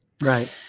right